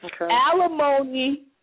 Alimony